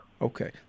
Okay